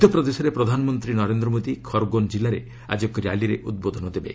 ମଧ୍ୟପ୍ରଦେଶରେ ପ୍ରଧାନମନ୍ତ୍ରୀ ନନେନ୍ଦ୍ର ମୋଦି ଖର୍ଗୋନ୍ ଜିଲ୍ଲାରେ ଆଜି ଏକ ର୍ୟାଲିରେ ଉଦ୍ବୋଧନ ଦେବେ